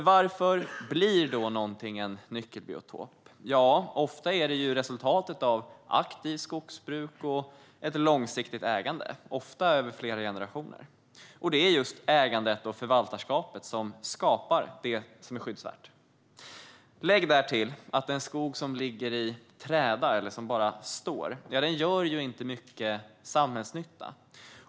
Varför blir då någonting en nyckelbiotop? Ofta är det resultatet av aktivt skogsbruk och ett långsiktigt ägande, ofta över flera generationer. Det är just ägandet och förvaltarskapet som skapar det som är skyddsvärt. Lägg därtill att en skog som ligger i träda eller bara står inte gör mycket samhällsnytta.